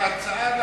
שהצעה,